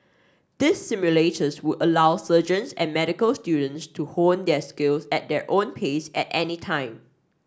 these simulators would allow surgeons and medical students to hone their skills at their own pace at any time